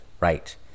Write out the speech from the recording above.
Right